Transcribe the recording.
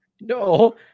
No